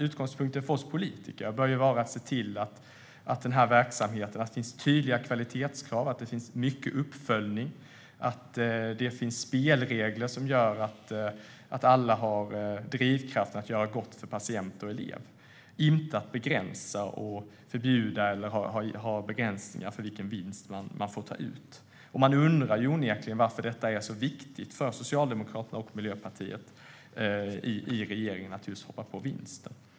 Utgångspunkten för oss politiker bör vara att se till att det finns tydliga kvalitetskrav, mycket uppföljning och spelregler som gör att alla har drivkraften att göra gott för patienter och elever - inte att begränsa eller förbjuda vinst. Man undrar onekligen varför det är så viktigt för Socialdemokraterna och Miljöpartiet i regeringen att just hoppa på vinsten.